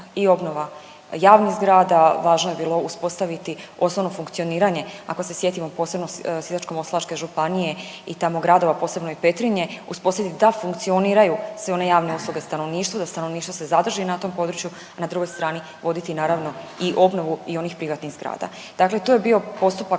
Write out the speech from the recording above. i obnova javnih zgrada važno je bilo uspostaviti osnovno funkcioniranje ako se sjetimo posebno Sisačko-moslavačke županije i tamo gradova posebno i Petrinje, uspostaviti da funkcioniraju sve one javne usluge stanovništvu da stanovništvo se zadrži na tom području, na drugoj strani voditi naravno i obnovu i onih privatnih zgrada. Dakle, to je bio postupak